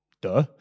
Duh